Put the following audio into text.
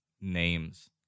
names